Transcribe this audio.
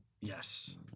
Yes